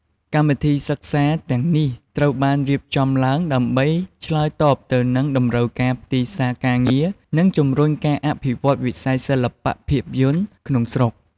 កម្មវិធីសិក្សាទាំងនេះត្រូវបានរៀបចំឡើងដើម្បីឆ្លើយតបទៅនឹងតម្រូវការទីផ្សារការងារ និងជំរុញការអភិវឌ្ឍវិស័យសិល្បៈភាពយន្តក្នុងស្រុក។